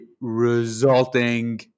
resulting